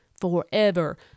Forever